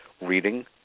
reading